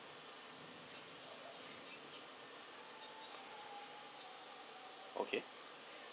okay